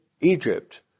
Egypt